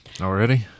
Already